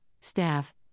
staff